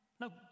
no